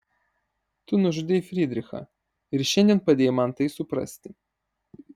tu nužudei frydrichą ir šiandien padėjai man tai suprasti